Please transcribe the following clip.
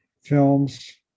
films